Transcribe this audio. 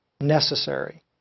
necessary